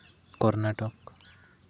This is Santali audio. ᱠᱚᱨᱱᱟᱴᱚᱠ